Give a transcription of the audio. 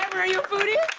are you a foodie?